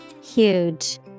Huge